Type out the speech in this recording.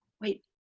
wait